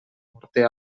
morter